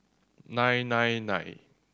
nine nine nine